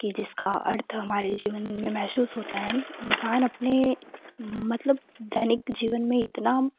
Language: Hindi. कि जिसका अर्थ हमारे जीवन में महसूस होता है इन्सान अपने मतलब दैनिक जीवन में इतना